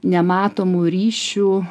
nematomų ryšių